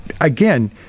again